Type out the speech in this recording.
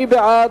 מי בעד,